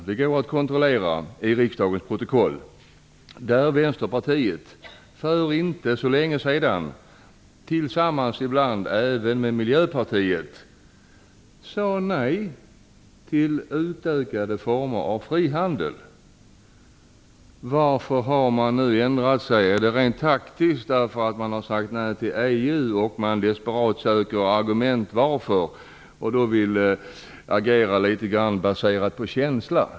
Det går att kontrollera i riksdagens protokoll: Vänsterpartiet sade för inte så länge sedan, ibland tillsammans med Varför har ni ändrat er? Är det rent taktiskt för att ni har sagt nej till EU och desperat söker argument? Är det baserat på känslor?